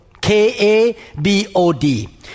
K-A-B-O-D